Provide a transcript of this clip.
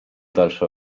dalsze